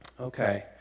Okay